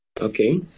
Okay